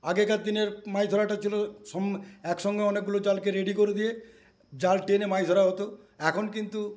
আগেকার দিনের মাছ ধরাটা ছিল সম একসঙ্গে অনেকগুলো জালকে রেডি করে দিয়ে জাল টেনে মাছ ধরা হত এখন কিন্তু